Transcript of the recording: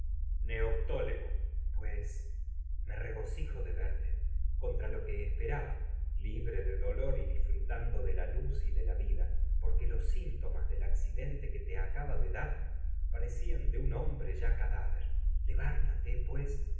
navegación neoptólemo pues me regocijo de verte contra lo que de esperaba libre de dolor y disfrutando de la luz y vida de porque la los síntomas del accidente que te acaba dar parecían de un y hombre ya cadáver le vántate no pues